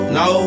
no